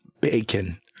bacon